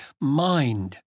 mind